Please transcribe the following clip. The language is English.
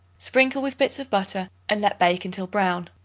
sprinkle with bits of butter and let bake until brown.